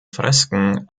fresken